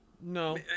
no